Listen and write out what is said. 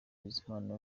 bizimana